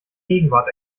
gegenwart